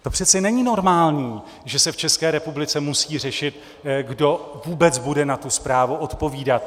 To přece není normální, že se v České republice musí řešit, kdo vůbec bude na tu zprávu odpovídat.